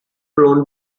blown